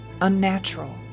unnatural